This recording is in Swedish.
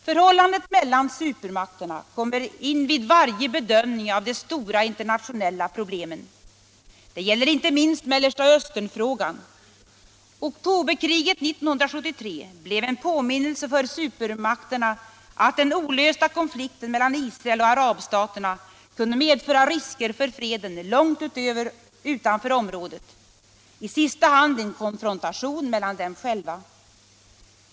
Förhållandet mellan supermakterna kommer in vid varje bedömning av de stora internationella problemen. Det gäller inte minst Mellersta Östern-frågan. Oktoberkriget 1973 blev en påminnelse för supermakterna att den olösta konflikten mellan Israel och arabstaterna kunde medföra risker för freden långt utanför området, i sista hand en konfrontation mellan dem själva.